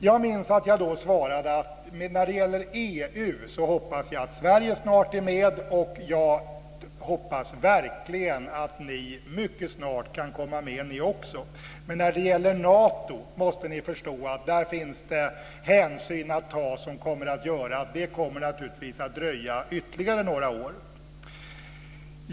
Jag minns att jag då svarade: När det gäller EU hoppas jag att Sverige snart är med, och jag hoppas verkligen att ni mycket snart kan komma med ni också. Men när det gäller Nato måste ni förstå att det finns hänsyn att ta som kommer att göra att det kommer att dröja ytterligare några år.